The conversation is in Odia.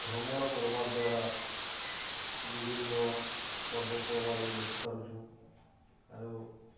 ଭ୍ରମଣ କର୍ବାର୍ ଦ୍ୱାରା ବିଭିନ୍ନ ପର୍ବପର୍ବାଣୀ ଦେଖିପାରୁଛୁ ଆରୁ